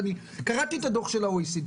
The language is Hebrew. ואני קראתי את הדוח של ה-OECD.